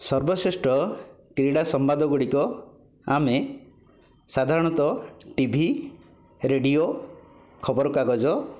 ସର୍ବଶ୍ରେଷ୍ଠ କ୍ରୀଡ଼ା ସମ୍ବାଦ ଗୁଡ଼ିକ ଆମେ ସାଧାରଣତଃ ଟିଭି ରେଡ଼ିଓ ଖବରକାଗଜ